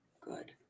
Good